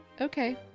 Okay